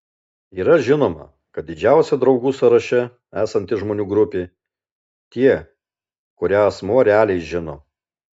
yra žinoma kad didžiausia draugų sąraše esanti žmonių grupė tie kurią asmuo realiai žino